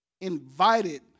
invited